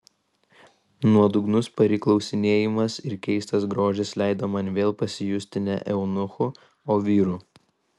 nuodugnus pari klausinėjimas ir keistas grožis leido man vėl pasijusti ne eunuchu o vyru